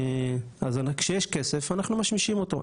אז כשיש כסף אנחנו משמישים אותו,